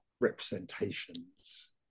representations